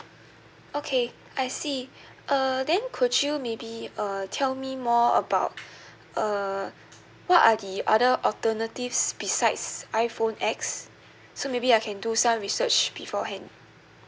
okay I see uh then could you maybe uh tell me more about uh what are the other alternatives besides iphone X so maybe I can do some research beforehand